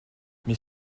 mais